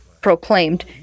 proclaimed